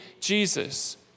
Jesus